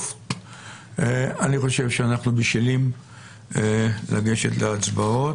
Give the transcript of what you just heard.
אני חושב שאנחנו בשלים לגשת להצבעות.